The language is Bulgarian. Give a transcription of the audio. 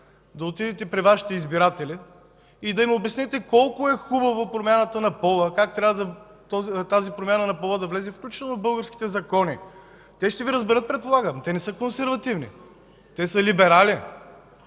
да отидете при Вашите избиратели и да им обясните колко е хубаво промяната на пола, как трябва тази промяна на пола да влезе, включително в българските закони. Те ще Ви разберат предполагам, те не са консервативни. Те са либерали.